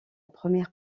première